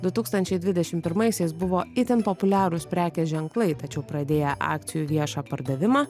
du tūkstančiai dvidešim pirmaisiais buvo itin populiarūs prekės ženklai tačiau pradėję akcijų viešą pardavimą